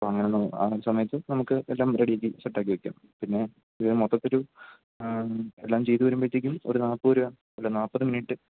അപ്പം അങ്ങനാണേൽ ആ സമയത്ത് നമുക്ക് എല്ലാം റെഡിയാക്കി സെറ്റാക്കി വെയ്ക്കാം പിന്നെ ഇത് മൊത്തത്തിരൂ എല്ലാം ചെയ്ത് വരുമ്പോഴ്ത്തേക്കും ഒരു നാൽപ്പത് രൂപ അല്ല നാൽപ്പത് മിൻറ്റ്